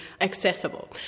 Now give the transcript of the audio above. accessible